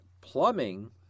plumbing